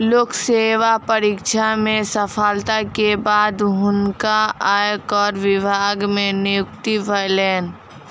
लोक सेवा परीक्षा में सफलता के बाद हुनका आयकर विभाग मे नियुक्ति भेलैन